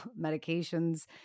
medications